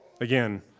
Again